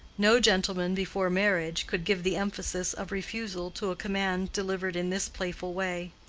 no gentleman, before marriage, could give the emphasis of refusal to a command delivered in this playful way.